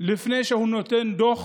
לפני שהוא נותן דוח